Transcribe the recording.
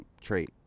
trait